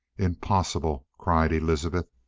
impossible! cried elizabeth.